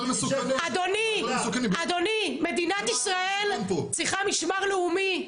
אדוני, מדינת ישראל צריכה משמר לאומי,